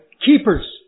keepers